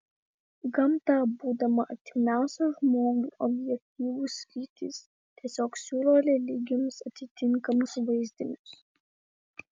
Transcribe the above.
gamta būdama artimiausia žmogui objektų sritis tiesiog siūlo religijoms atitinkamus vaizdinius